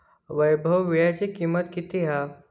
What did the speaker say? वैभव वीळ्याची किंमत किती हा?